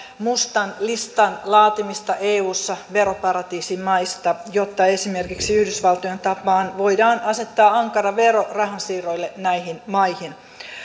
mustan listan laatimista eussa veroparatiisimaista jotta esimerkiksi yhdysvaltojen tapaan voidaan asettaa ankara vero rahansiirroille näihin maihin